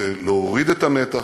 להוריד את המתח,